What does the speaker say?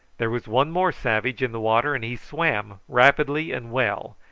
there was one more savage in the water, and he swam rapidly and well,